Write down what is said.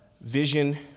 vision